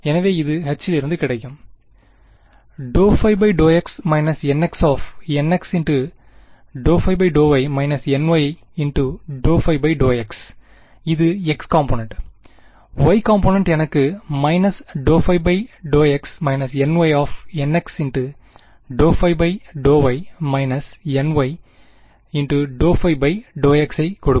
எனவே இது H இல்லிருந்து கிடைக்கும் ∂ϕ∂x−nxnx∂ϕ∂y−ny∂ϕ∂x இது Xகாம்பொனன்ட் y காம்பொனன்ட் எனக்கு −∂ϕ∂x−nynx∂ϕ∂y−ny∂ϕ∂x ஐ கொடுக்கும்